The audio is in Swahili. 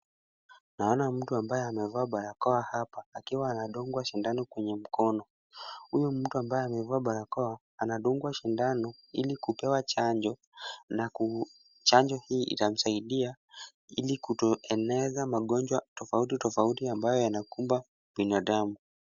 Naona mtu ambaye amevaa barakoa akiwa anadungwa sindano kwenye mkono. Huyu mtu ambaye amevaa barakoa anadungwa sindano ili kupewa chanjo na chanjo hii itamsaidia ili kutoeneza magonjwa tofauti tofauti ambayo yanakumba binadamu.